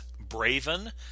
Braven